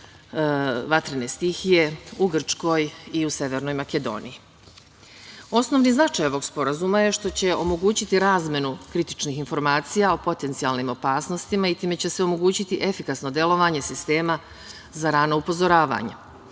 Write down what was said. vatrene stihije u Grčkoj i u Severnoj Makedoniji. Osnovni značaj ovog sporazuma je što će omogućiti razmenu kritičnih informacija o potencijalnim opasnostima i time će se omogućiti efikasno delovanje sistema za rana upozoravanja.